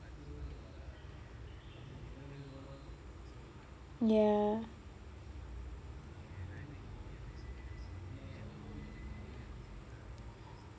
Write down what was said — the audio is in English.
ya